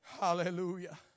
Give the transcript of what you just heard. hallelujah